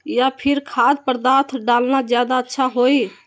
या फिर खाद्य पदार्थ डालना ज्यादा अच्छा होई?